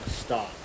stop